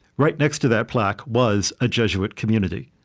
right next to that plaque was a jesuit community.